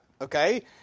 okay